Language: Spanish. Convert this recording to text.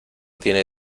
tiene